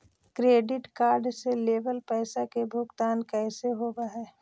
Credit card से लेवल पैसा के भुगतान कैसे होव हइ?